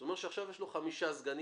זאת אומרת שעכשיו יש לו חמישה סגנים,